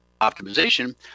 optimization